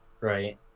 right